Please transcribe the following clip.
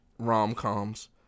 rom-coms